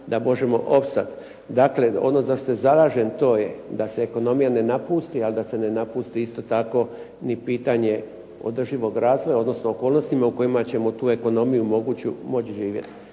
da možemo opstat. Dakle, ono za što se zalažem to je da se ekonomija ne napusti, ali da se ne napusti isto tako ni pitanje održivog razvoja, odnosno okolnostima u kojima ćemo tu ekonomiju moguću moći živjeti.